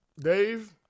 Dave